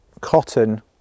cotton